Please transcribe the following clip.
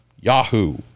Yahoo